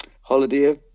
Holiday